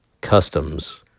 Customs